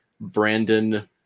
Brandon